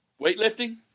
Weightlifting